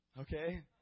Okay